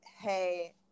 hey